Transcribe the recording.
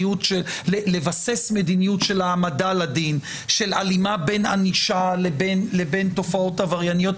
לבסס מדיניות של העמדה לדין; של הלימה בין ענישה לבין תופעות עברייניות.